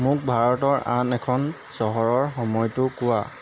মোক ভাৰতৰ আন এখন চহৰৰ সময়টো কোৱা